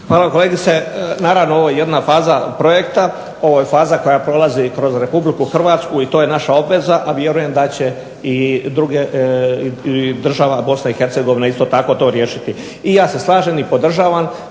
Hvala, kolegice. Naravno ovo je jedna faza projekta, ovo je faza koja prolazi kroz Republiku Hrvatsku i to je naša obveza, a vjerujem da će i država Bosna i Hercegovina isto tako to riješiti. I ja se slažem i podržavam,